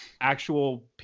actual